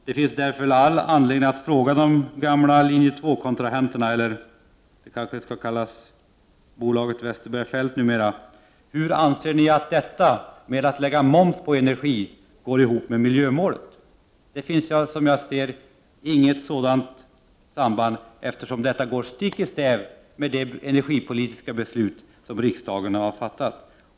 Det finns därför all anledning att fråga de gamla Linje 2 kontrahenterna, eller det kanske skall kallas Bolaget Westerberg-Feldt numera: Hur anser ni att åtgärden att lägga moms på energin går ihop med miljömålet? Det finns, som jag ser det, inget sådant samband, eftersom detta går stick i stäv med det energipolitiska beslut som riksdagen har fattat.